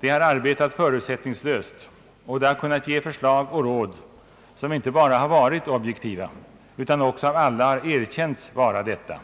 Det har arbetat förutsättningslöst och har kunnat ge förslag och råd som inte bara har varit objektiva utan också av alla har erkänts vara detta.